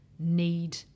need